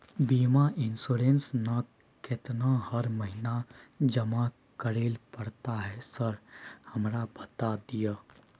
बीमा इन्सुरेंस ना केतना हर महीना जमा करैले पड़ता है सर हमरा बता दिय?